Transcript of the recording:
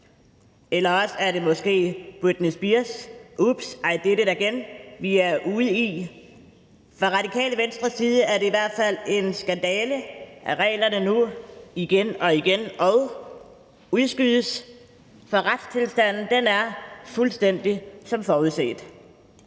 eller også er det måske Britney Spears' »Oops!... I Did It Again«, vi er ude i. Fra Radikale Venstres side ser vi det i hvert fald som en skandale, at revisionen af reglerne nu igen og igen og ... udskydes. Så retstilstanden er fuldstændig som forudset: